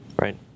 Right